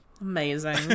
Amazing